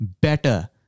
better